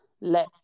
let